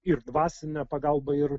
ir dvasinę pagalbą ir